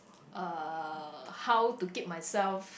uh how to keep myself